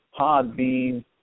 Podbean